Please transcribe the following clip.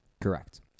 Correct